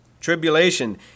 Tribulation